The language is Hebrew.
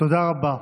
תודה רבה,